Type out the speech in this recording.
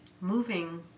moving